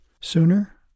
sooner